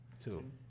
Two